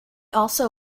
also